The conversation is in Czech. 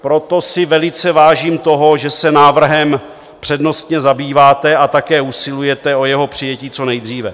Proto si velice vážím toho, že se návrhem přednostně zabýváte a také usilujete o jeho přijetí co nejdříve.